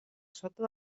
sota